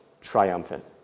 triumphant